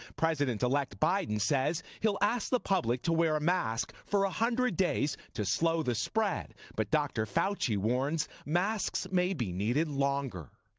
president-elect biden says he'll ask the public to wear a mask for one ah hundred days to slow the spread but dr. fauci warns masks may be needed longer.